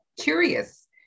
curious